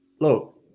look